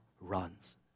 runs